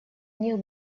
них